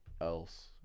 else